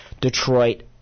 Detroit